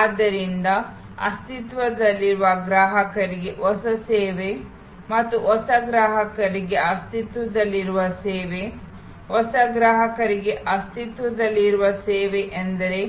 ಆದ್ದರಿಂದ ಅಸ್ತಿತ್ವದಲ್ಲಿರುವ ಗ್ರಾಹಕರಿಗೆ ಹೊಸ ಸೇವೆ ಮತ್ತು ಹೊಸ ಗ್ರಾಹಕರಿಗೆ ಅಸ್ತಿತ್ವದಲ್ಲಿರುವ ಸೇವೆ ಹೊಸ ಗ್ರಾಹಕರಿಗೆ ಅಸ್ತಿತ್ವದಲ್ಲಿರುವ ಸೇವೆ ಎಂದರೆ